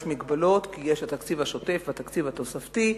יש מגבלות כי יש תקציב שוטף ותקציב תוספתי,